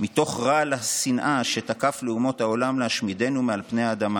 מתוך רעל השנאה שתקף לאומות העולם להשמידנו מעל פני האדמה,